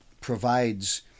provides